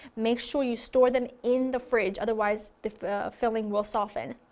make sure you store them in the fridge, otherwise the filling will soften.